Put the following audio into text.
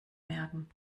merken